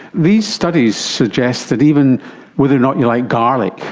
these studies suggest that even whether or not you like garlic,